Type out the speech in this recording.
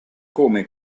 come